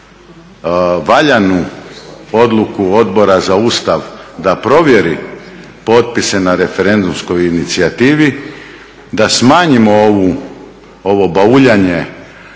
valjanu odluku Odbora za Ustav da provjeri potpise na referendumskoj inicijativi da smanjimo ovo bauljanje